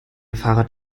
fahrrad